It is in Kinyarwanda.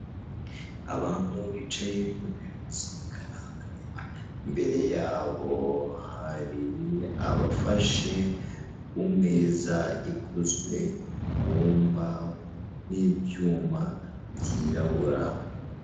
Abantu bicaye ku ntebe z'umukara barebe imbere yabo, hari abafashe ku meza ikonzwe mu mbaho n'ibyuma byirabura.